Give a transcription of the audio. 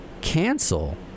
cancel